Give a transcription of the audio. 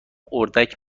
اردک